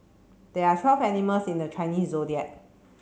there are twelve animals in the Chinese Zodiac